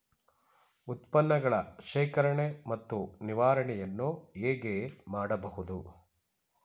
ಉತ್ಪನ್ನಗಳ ಶೇಖರಣೆ ಮತ್ತು ನಿವಾರಣೆಯನ್ನು ಹೇಗೆ ಮಾಡಬಹುದು?